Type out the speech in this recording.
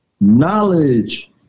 Knowledge